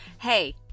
Hey